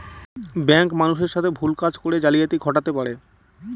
bank মানুষের সাথে ভুল কাজ করে জালিয়াতি ঘটাতে পারে